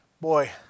boy